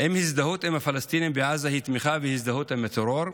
האם הזדהות עם הפלסטינים בעזה היא תמיכה והזדהות עם הטרור?